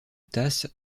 tasse